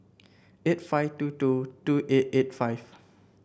eight five two two two eight eight five